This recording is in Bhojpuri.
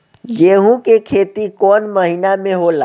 गेहूं के खेती कौन महीना में होला?